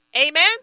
Amen